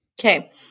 Okay